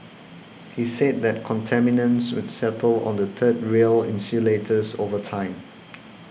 he said that contaminants would settle on the third rail insulators over time